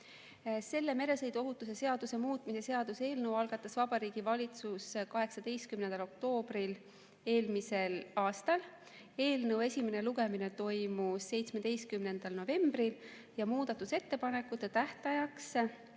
Meresõiduohutuse seaduse muutmise seaduse eelnõu algatas Vabariigi Valitsus 18. oktoobril eelmisel aastal. Eelnõu esimene lugemine toimus 17. novembril ja muudatusettepanekute tähtajaks,